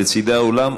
לצדי האולם,